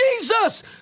Jesus